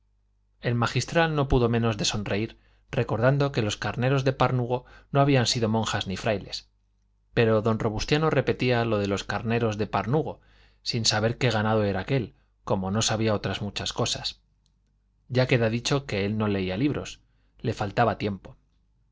el magistral no pudo menos de sonreír recordando que los carneros de panurgo no habían sido monjas ni frailes pero don robustiano repetía lo de los carneros de panurgo sin saber qué ganado era aquel como no sabía otras muchas cosas ya queda dicho que él no leía libros le faltaba tiempo